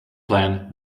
plan